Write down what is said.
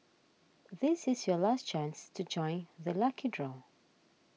this is your last chance to join the lucky draw